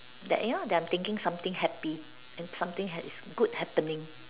that you know that I'm thinking something happy and something had is good happening